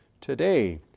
today